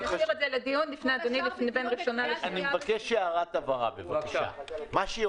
נשאיר את זה לדיון בפני הוועדה בהכנה לקריאה השנייה והשלישית.